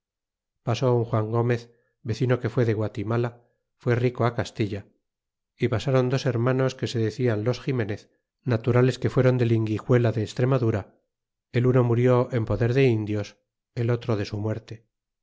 pasó un juan gomez vecino que fué de guatimala fué rico castilla y pasron dos hermanos que se decian los ximenez naturales que faéron de linguijuela de extremadura el uno murió en poder de indios el otro de su muerte